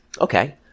Okay